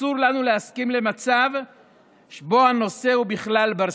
אסור לנו להסכים למצב שבו הנושא הזה הוא בכלל בר-שיח.